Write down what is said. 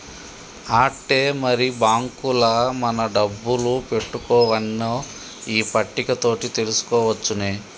ఆట్టే మరి బాంకుల మన డబ్బులు పెట్టుకోవన్నో ఈ పట్టిక తోటి తెలుసుకోవచ్చునే